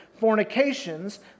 fornications